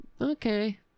okay